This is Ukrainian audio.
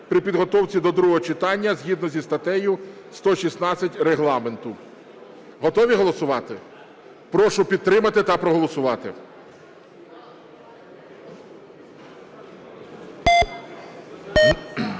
при підготовці до другого читання згідно зі статтею 116 Регламенту. Готові голосувати? Прошу підтримати та проголосувати.